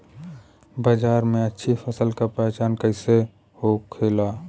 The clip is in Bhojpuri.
बाजार में अच्छी फसल का पहचान कैसे होखेला?